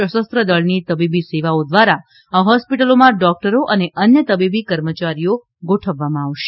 સશસ્ત્ર દળની તબીબી સેવાઓ દ્વારા આ હોસ્પિટલોમાં ડોકટરો અને અન્ય તબીબી કર્મચારીઓ ગોઠવવામાં આવશે